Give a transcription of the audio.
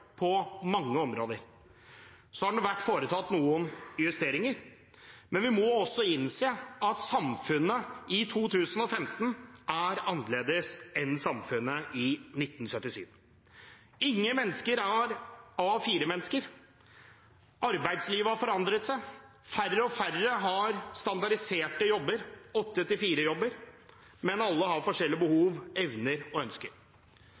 på mange områder. Så har det vært foretatt noen justeringer, men vi må innse at samfunnet i 2015 er annerledes enn samfunnet var i 1977. Ingen mennesker er A4-mennesker. Arbeidslivet har forandret seg. Færre og færre har standardiserte jobber – åtte til fire-jobber – men alle har forskjellige behov, evner og ønsker.